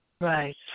Right